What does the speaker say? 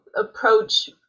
approach